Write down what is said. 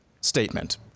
statement